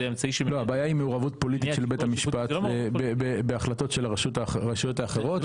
הבעיה היא מעורבות פוליטית של בית המשפט בהחלטות של הרשויות האחרות.